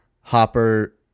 hopper